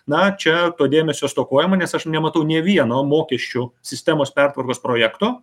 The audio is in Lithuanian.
na čia to dėmesio stokojama nes aš nematau nė vieno mokesčių sistemos pertvarkos projekto